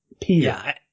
Peter